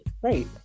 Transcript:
Great